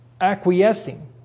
acquiescing